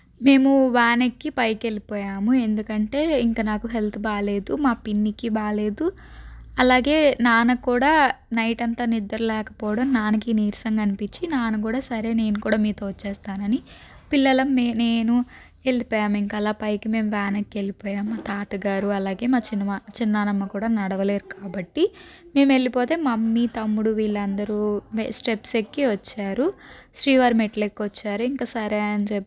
మేము వ్యాన్ ఎక్కి పైకి వెళ్ళిపోయాము ఎందుకంటే ఇంక నాకు హెల్త్ బాగాలేదు మా పిన్నికి బాగాలేదు అలాగే నాన్న కూడా నైట్ అంతా నిద్ర లేకపోవడం నాన్నకి నీరసంగా అనిపించి నాన్న కూడా సరే నేను కూడా మీతో వచ్చేస్తానని పిల్లలం నేను వెళ్లిపోయాం ఇంకా అలా పైకి మేము వ్యాన్ ఎక్కి వెళ్ళిపోయాము మా తాతగారు అలాగే మా చిన్నమ్మ చిన్న నానమ్మ కూడా నడవలేరు కాబట్టి మేము వెళ్ళిపోతే మమ్మీ తమ్ముడు వీళ్ళందరూ స్టెప్స్ ఎక్కి వచ్చారు శ్రీవారి మెట్లు ఎక్కి వచ్చారు ఇంకా సరే అని చెప్పి